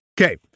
Okay